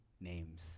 names